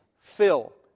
fill